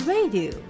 Radio